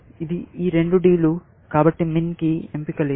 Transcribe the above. ఇది ఈ రెండూ D లు కాబట్టి min కి ఎంపిక లేదు